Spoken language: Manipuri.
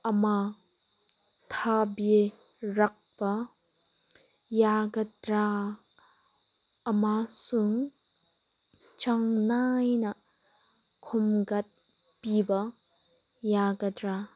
ꯑꯃ ꯊꯥꯕꯤꯔꯛꯄ ꯌꯥꯒꯗ꯭ꯔꯥ ꯑꯃꯁꯨꯡ ꯆꯥꯡ ꯅꯥꯏꯅ ꯈꯣꯝꯒꯠꯄꯤꯕ ꯌꯥꯒꯗ꯭ꯔꯥ